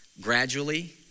gradually